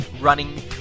running